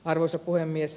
arvoisa puhemies